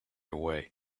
away